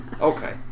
Okay